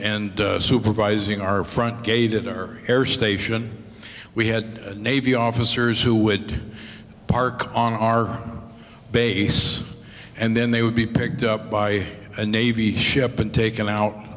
and supervising our front gate and our air station we had navy officers who would park on our base and then they would be picked up by a navy ship and taken out